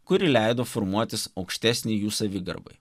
kuri leido formuotis aukštesnei jų savigarbai